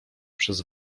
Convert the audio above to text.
przez